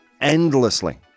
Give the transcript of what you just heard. endlessly